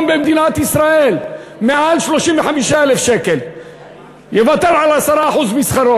במדינת ישראל מעל 35,000 שקל יוותר על 10% משכרו,